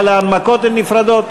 אבל ההנמקות הן נפרדות,